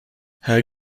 her